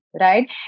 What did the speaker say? Right